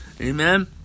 Amen